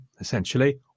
essentially